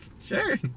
sure